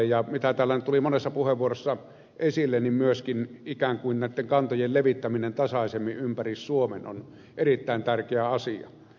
kuten täällä nyt tuli monessa puheenvuorossa esille myöskin ikään kuin näitten kantojen levittäminen tasaisemmin ympäri suomen on erittäin tärkeä asia